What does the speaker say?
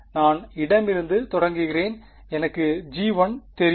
நான் இடமிருந்து தொடங்குகிறேன் எனக்கு g1 தெரியுமா